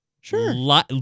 Sure